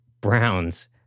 Browns